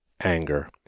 anger